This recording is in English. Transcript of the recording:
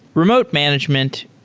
remote management,